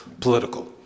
political